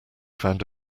found